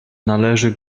należy